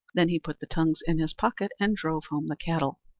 then he put the tongues in his pocket and drove home the cattle.